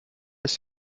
ist